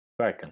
Werken